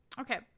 Okay